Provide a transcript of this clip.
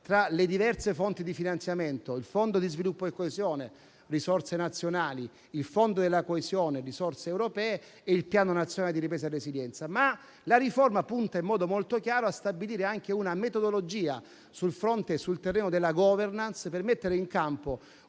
tra le diverse fonti di finanziamento, il Fondo per lo sviluppo e la coesione (risorse nazionali), il Fondo di coesione (risorse europee) e il Piano nazionale di ripresa e residenza. La riforma punta però in modo molto chiaro a stabilire anche una metodologia sul fronte e sul terreno della *governance* per mettere in campo